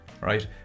right